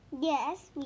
Yes